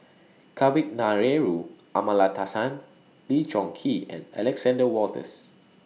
Kavignareru Amallathasan Lee Choon Kee and Alexander Wolters